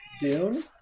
Dune